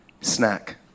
snack